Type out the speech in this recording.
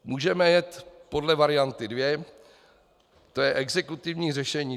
Můžeme jet podle varianty dvě, to je exekutivní řešení.